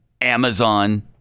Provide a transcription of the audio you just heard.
Amazon